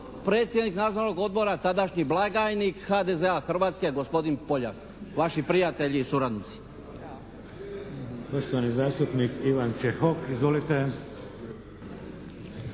potpredsjednik nadzornog odbora tadašnji blagajnik HDZ-a Hrvatske gospodin Poljak, vaši prijatelji i suradnici.